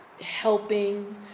helping